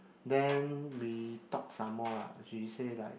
then we talk some more lah she say like